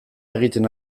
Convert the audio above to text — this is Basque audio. egiten